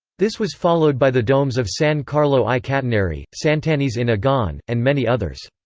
this was followed by the domes of san carlo ai catinari, sant'agnese in agone, and many others.